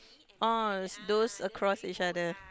oh those across each other